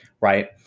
right